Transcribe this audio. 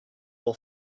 will